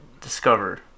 Discover